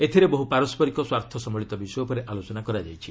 ଏଥିରେ ବହୁ ପାରସ୍କରିକ ସ୍ୱାର୍ଥ ସମ୍ଘଳିତ ବିଷୟ ଉପରେ ଆଲୋଚନା କରାଯାଇଛି